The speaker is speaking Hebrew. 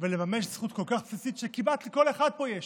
ולממש זכות כל כך בסיסית שכמעט לכל אחד פה יש.